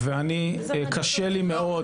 ואני קשה לי מאוד.